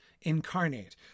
incarnate